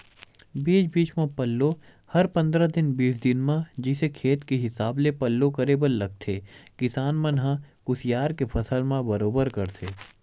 बीच बीच म पल्लो हर पंद्रह दिन बीस दिन म जइसे खेत के हिसाब ले पल्लो करे बर लगथे किसान मन ह कुसियार के फसल म बरोबर करथे